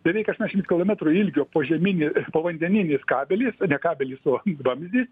beveik aštuoniasdešims kilometrų ilgio požemini povandeninis kabelis ne kabelis o vamzdis